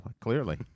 clearly